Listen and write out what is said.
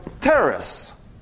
Terrorists